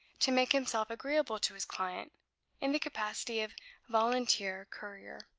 to make himself agreeable to his client in the capacity of volunteer courier.